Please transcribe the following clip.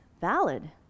valid